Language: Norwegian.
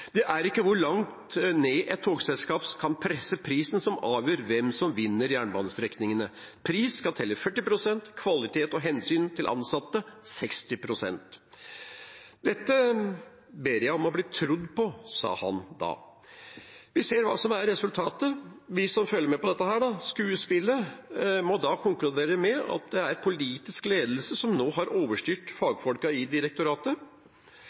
er ikke hvor langt ned et togselskap kan presse prisen som avgjør hvem som vinner jernbanestrekningene. Pris skal telle 40 prosent, kvalitet og hensyn til ansatte 60 prosent.» Dette ba han om å bli trodd på. Vi ser hva som er resultatet. Vi som følger med på dette skuespillet, må da konkludere med at det er politisk ledelse som nå har overstyrt fagfolkene i direktoratet.